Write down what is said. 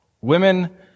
Women